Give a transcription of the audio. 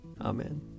Amen